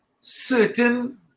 Certain